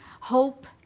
Hope